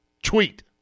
Tweet